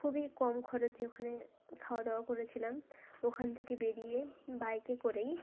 খুবই কম খরচে ওখানে খাওয়া দাওয়া করেছিলাম ওখান থেকে বেরিয়ে বাইকে করেই